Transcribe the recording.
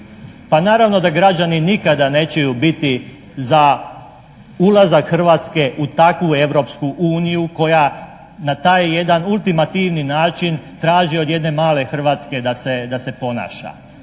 Pa naravno da građani nikada nećeju biti za ulazak Hrvatske u takvu Europsku uniju koja na taj jedan ultimativni način traži od jedne male Hrvatske da se ponaša.